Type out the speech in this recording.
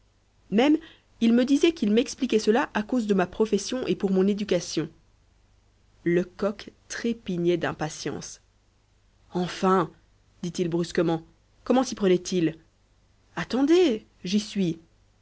même il me disait qu'il m'expliquait cela à cause de ma profession et pour mon éducation lecoq trépignait d'impatience enfin dit-il brusquement comment s'y prenait-il attendez j'y suis